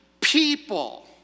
people